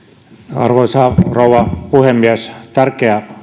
arvoisa rouva puhemies tärkeä